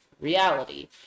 reality